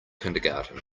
kindergarten